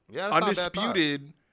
undisputed –